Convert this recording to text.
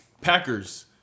Packers